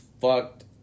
fucked